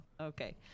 Okay